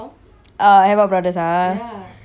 today only right release அதான்:athaan